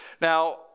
Now